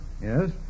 Yes